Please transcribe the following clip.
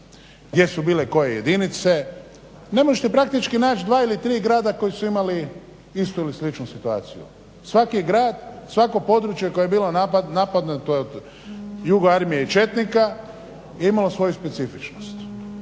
gdje su bile koje jedinice ne možete praktički naći dva ili tri grada koji su imali istu ili sličnu situaciju. Svaki je grad, svako područje koje je bilo napadnuto od jugoarmije i četnika je imalo svoju specifičnost.